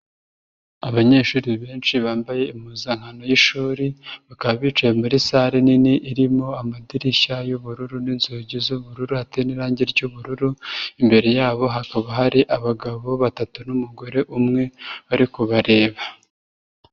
Abanyeshuri benshi bambaye impuzankano y'ishuri, bakaba bicaye muri sale nini irimo amadirishya y'ubururu n'inzugi z'ubururu hateye n'irangi ry'ubururu, imbere yabo hakaba hari abagabo batatu n'umugore umwe bari kubareba.